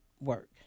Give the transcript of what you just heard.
work